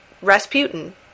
Rasputin